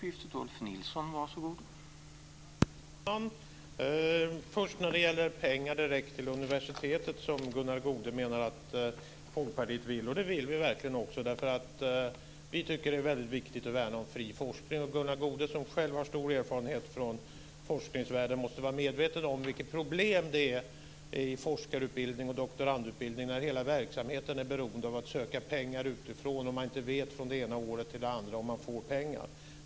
Herr talman! Först gäller det pengar direkt till universiteten, som Gunnar Goude menar att Folkpartiet vill, och det vill vi verkligen också, därför att vi tycker att det är väldigt viktigt att värna om fri forskning. Gunnar Goude som själv har stor erfarenhet från forskningsvärlden måste vara medveten om vilket problem det är i forskarutbildning och doktorandutbildning när hela verksamheten är beroende av att söka pengar utifrån och man inte vet från det ena året till det andra om man får pengar.